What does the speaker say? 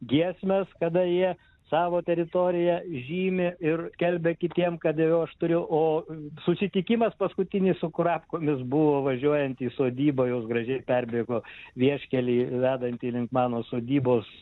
giesmes kada jie savo teritoriją žymi ir kelbia kitiem kada jau aš turiu o susitikimas paskutinis su kurapkomis buvo važiuojant į sodybą jos gražiai perbėgo vieškelį vedantį link mano sodybos